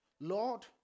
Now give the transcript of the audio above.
Lord